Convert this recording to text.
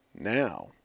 Now